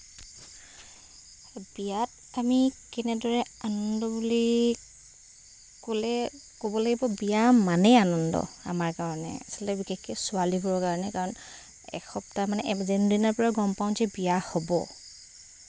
বিয়াত আমি কেনেদৰে আনন্দ বুলি ক'লে ক'ব লাগিব বিয়া মানেই আনন্দ আমাৰ কাৰণে আচলতে বিশেষকৈ ছোৱালীবোৰৰ কাৰণ এসপ্তাহ মানে যোনদিনাৰ পৰা গম পাওঁ যে বিয়া হ'ব